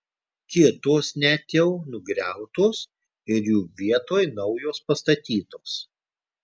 kitos net jau nugriautos ir jų vietoj naujos pastatytos